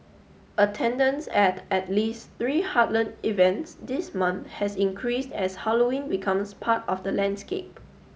attendance at at least three heartland events this month has increased as Halloween becomes part of the landscape